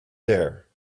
there